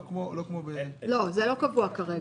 לא, זה לא קבוע כרגע.